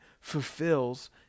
fulfills